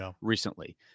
recently